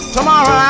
Tomorrow